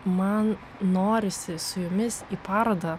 man norisi su jumis į parodą